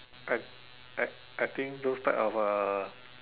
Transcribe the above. I I I think those type of uh